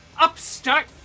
upstart